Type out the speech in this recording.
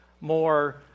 more